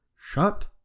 Shut